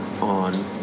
on